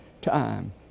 time